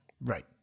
Right